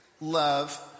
love